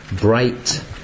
bright